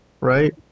right